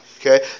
Okay